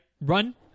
run